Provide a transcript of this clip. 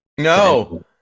No